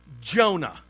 Jonah